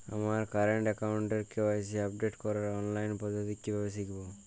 আমার কারেন্ট অ্যাকাউন্টের KYC update করার অনলাইন পদ্ধতি কীভাবে শিখব?